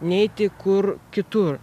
neiti kur kitur